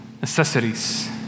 necessities